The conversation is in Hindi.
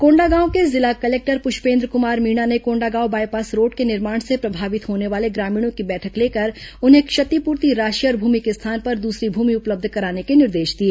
कोंडागांव के जिला कलेक्टर पुष्पेन्द्र कुमार मीणा ने कोंडागांव बायपास रोड के निर्माण से प्रभावित होने वाले ग्रामीणों की बैठक लेकर उन्हें क्षतिपूर्ति राशि और भूमि के स्थान पर दूसरी भूमि उपलब्ध कराने के निर्देश दिए